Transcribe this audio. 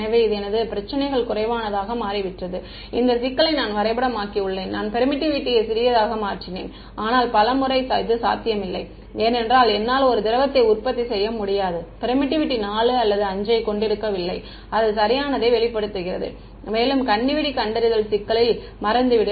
எனவே எனது பிரச்சினைகல் குறைவானதாக மாறிவிட்டது இந்த சிக்கலை நான் வரைபடமாக்கியுள்ளேன் நான் பெர்மிட்டிவிட்டி யை சிறியதாக மாற்றினேன் ஆனால் பல முறை இது சாத்தியமில்லை ஏனென்றால் என்னால் ஒரு திரவத்தை உற்பத்தி செய்ய முடியாது பெர்மிட்டிவிட்டி 4 அல்லது 5 ஐக் கொண்டிருக்கவில்லை அது சரியானதை வெளிப்படுத்துகிறது மேலும் கண்ணிவெடி கண்டறிதல் சிக்கலில் மறந்துவிடு